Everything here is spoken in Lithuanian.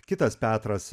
kitas petras